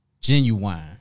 Genuine